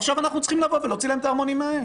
ועכשיו אנחנו צריכים לבוא ולהוציא להם את הערמונים מהאש